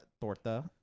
torta